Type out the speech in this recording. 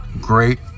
great